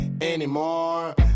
anymore